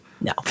No